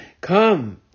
come